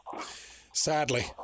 Sadly